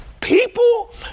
people